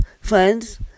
friends